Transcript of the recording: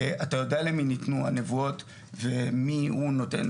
אתה יודע למי ניתנו הנבואות ומי הוא נותן